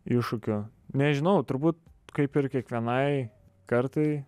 iššūkių nežinau turbūt kaip ir kiekvienai kartai